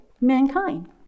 mankind